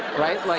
right? like